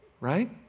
Right